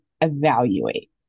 Evaluate